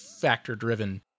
factor-driven